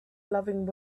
loving